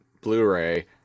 Blu-ray